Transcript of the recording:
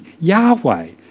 Yahweh